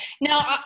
Now